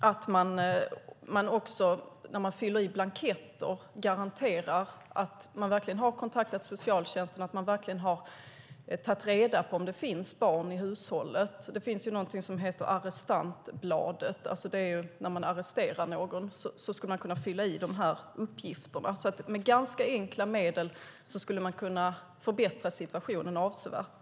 När man fyller i blanketter ska man också garantera att man verkligen har kontaktat socialtjänsten och att man har tagit reda på om det finns barn i hushållet. Det finns något som heter arrestantbladet. När man arresterar någon skulle man kunna fylla i de här uppgifterna. Med ganska enkla medel skulle man alltså kunna förbättra situationen avsevärt.